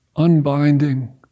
unbinding